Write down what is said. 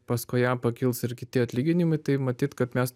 paskui ją pakils ir kiti atlyginimai tai matyt kad mes